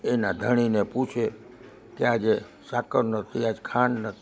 એના ધણીને પૂછે કે આજે સાકર નથી આજ ખાંડ નથી